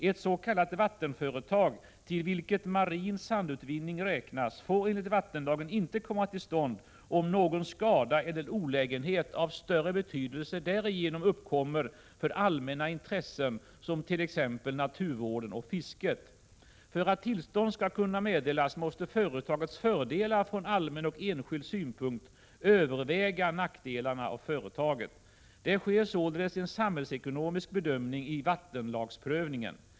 Ett s.k. vattenföretag, till vilket marin sandutvinning räknas, får enligt vattenlagen inte komma till stånd om någon skada eller olägenhet av större betydelse därigenom uppkommer för allmänna intressen, t.ex. naturvården och fisket. För att tillstånd skall kunna meddelas måste företagets fördelar från allmän och enskild synpunkt överväga nackdelarna av företaget. Det sker således en samhällsekonomisk bedömning i vattenlagsprövningen.